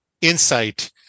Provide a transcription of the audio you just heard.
insight